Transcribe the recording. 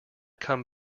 come